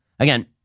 Again